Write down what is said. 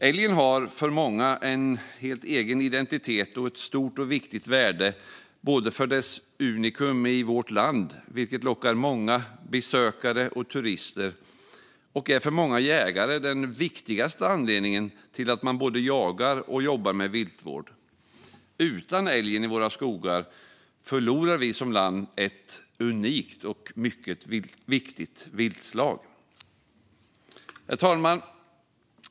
Älgen har för många en helt egen identitet och ett stort och viktigt värde för dess unikum i vårt land, vilket lockar många turister, och är för många jägare den viktigaste anledningen till att man både jagar och jobbar med viltvård. Utan älgen i våra skogar förlorar Sverige som land ett unikt och mycket viktigt viltslag. Herr talman!